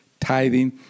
tithing